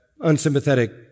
unsympathetic